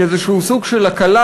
כאיזשהו סוג של הקלה,